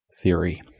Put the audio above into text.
theory